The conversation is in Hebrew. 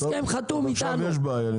אז עכשיו יש בעיה.